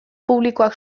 publikoak